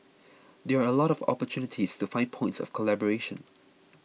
there are a lot of opportunities to find points of collaboration